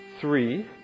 three